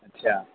اچھا